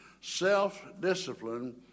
self-discipline